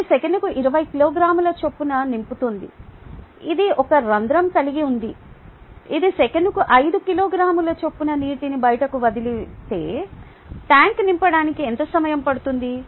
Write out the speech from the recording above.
ఇది సెకనుకు 20 కిలోగ్రాముల చొప్పున నింపుతోంది ఇది ఒక రంధ్రం కలిగి ఉంది ఇది సెకనుకు 5 కిలోగ్రాముల చొప్పున నీటిని బయటకు వదిలితే ట్యాంక్ నింపడానికి ఎంత సమయం పడుతుంది